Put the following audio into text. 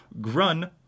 grun